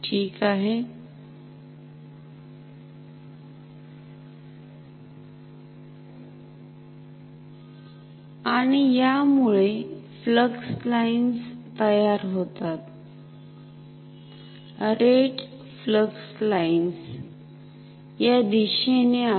ठीक आहे आणि यामुळे फ्लक्स लाईन्स तयार होतात रेट फ्लक्स लाईन्स या दिशेने आहेत